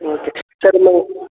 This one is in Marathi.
ओके सर मग